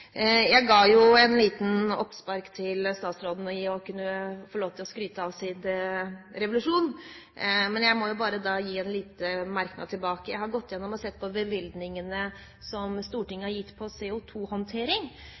Jeg ga et lite oppspark til statsråden, slik at han kunne få lov til å skryte av sin revolusjon. Men jeg må komme med en merknad tilbake: Jeg har gått igjennom og sett på bevilgningene som Stortinget